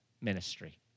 ministry